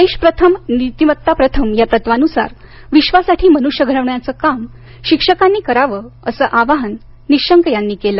देश प्रथम नीतिमत्ता प्रथम या तत्वानुसार विश्वासाठी मनुष्य घडविण्याचं काम शिक्षकांनी करावं असं आवाहन निशंक यांनी केलं